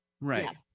Right